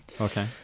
Okay